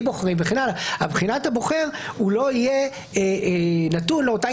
בוחרים וכן האלה מבחינת הבוחר הוא לא יהיה נתון לאותה